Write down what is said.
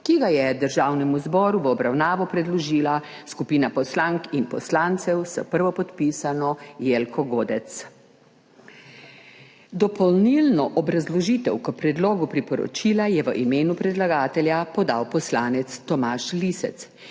ki ga je Državnemu zboru v obravnavo predložila skupina poslank in poslancev, s prvopodpisano Jelko Godec. Dopolnilno obrazložitev k predlogu priporočila je v imenu predlagatelja podal poslanec Tomaž Lisec,